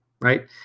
right